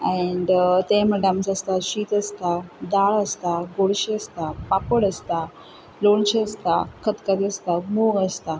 and तें म्हणल्यार आमचें शीत आसता दाळ आसता गोडशें आसता पापड आसता लोणचें आसता खतखतें आसता मूग आसता